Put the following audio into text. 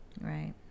Right